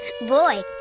Boy